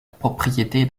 propriété